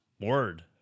word